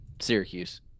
Syracuse